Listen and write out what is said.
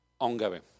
ongoing